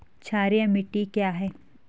क्षारीय मिट्टी क्या है?